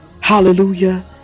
Hallelujah